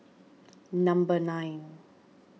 number nine